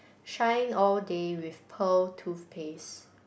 shine all day with pearl toothpaste